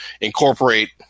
incorporate